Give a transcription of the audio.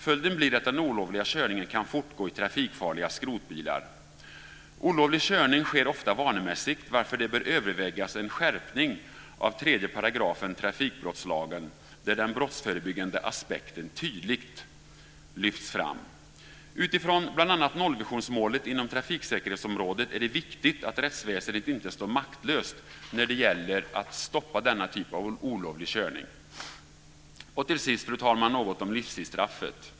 Följden blir att den olovliga körningen kan fortgå i trafikfarliga skrotbilar. Olovlig körning sker ofta vanemässigt, varför det bör övervägas en skärpning av 3 § trafikbrottslagen, där den brottsförebyggande aspekten tydligt lyfts fram. Utifrån bl.a. nollvisionsmålet inom trafiksäkerhetsområdet är det viktigt att rättsväsendet inte står maktlöst när det gäller att stoppa denna typ av olovlig körning. Till sist, fru talman, vill jag säga något om livstidsstraffet.